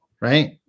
right